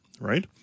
right